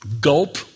Gulp